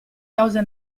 cause